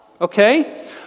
okay